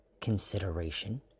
consideration